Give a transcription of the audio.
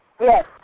Yes